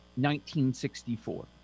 1964